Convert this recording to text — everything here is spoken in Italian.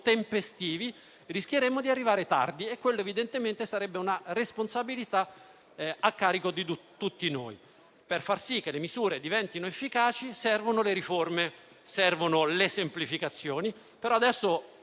tempestivi rischieremmo di arrivare tardi e quella evidentemente sarebbe una responsabilità a carico di tutti noi. Per fare in modo che le misure diventino efficaci servono le riforme e le semplificazioni.